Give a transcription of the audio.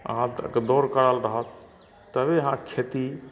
अहाँके दौड़ कयल रहत तबे अहाँ खेती